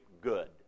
good